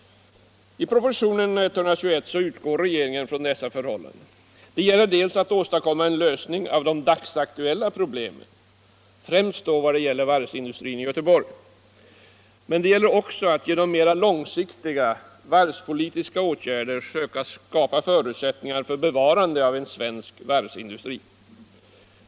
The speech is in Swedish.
I propositionen 121 utgår regeringen från dessa förhållanden. Det gäller dels att åstadkomma en lösning av de dagsaktuella problemen, främst för varvsindustrin i Göteborg, dels att genom mera långsiktiga varvspolitiska åtgärder söka skapa förutsättningar för bevarande av en svensk varvsindustri.